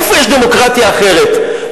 איפה יש דמוקרטיה אחרת?